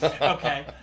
Okay